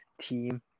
team